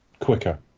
quicker